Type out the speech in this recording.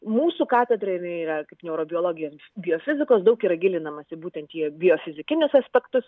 mūsų katedra jinai yra kaip neurobiologijos biofizikos daug yra gilinamasi būtent į biofizikinius aspektus